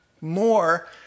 more